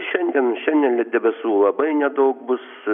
šiandien šiandien debesų labai nedaug bus